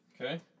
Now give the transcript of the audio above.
Okay